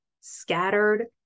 scattered